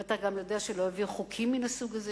ואתה גם יודע שלהעביר חוקים מהסוג הזה